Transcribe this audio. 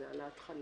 זה על התחלה.